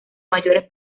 mayores